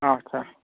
आटसा